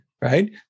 Right